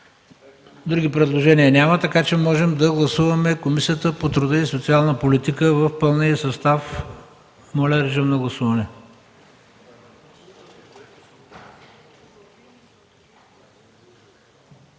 Други предложения няма, така че можем да гласуваме Комисията по труда и социалната политика в пълния й състав. Режим на гласуване.